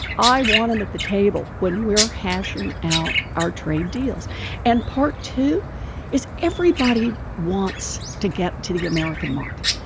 i want them at the table when we're hashing out our trade deals and part two is everybody wants to get to the american market.